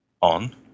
on